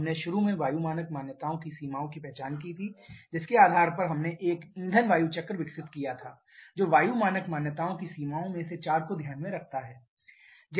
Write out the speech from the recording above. हमने शुरू में वायु मानक मान्यताओं की सीमाओं की पहचान की थी जिसके आधार पर हमने एक ईंधन वायु चक्र विकसित किया था जो वायु मानक मान्यताओं की सीमाओं में से चार को ध्यान में रखता है